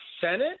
Senate